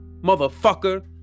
motherfucker